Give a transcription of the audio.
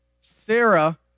Sarah